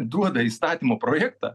duoda įstatymo projektą